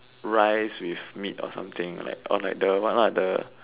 rice with meat or something like or like the what lah the